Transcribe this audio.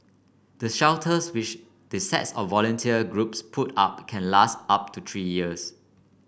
the shelters which the sets of volunteer groups put up can last up to three years